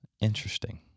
Interesting